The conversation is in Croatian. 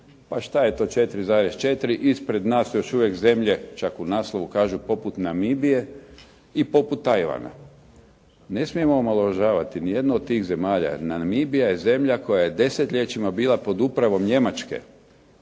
pa što je to 4,4 ispred nas su još uvijek zemlje, čak u naslovu kažu poput Namibije i poput Tajvana. Ne smijemo omalovažavati ni jednu od tih zemalja. Namibija je zemlja koja je desetljećima bila pod upravom Njemačke.